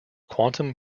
quantum